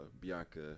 Bianca